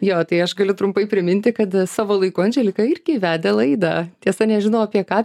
jo tai aš galiu trumpai priminti kad savo laiku andželika irgi vedė laidą tiesa nežinau apie ką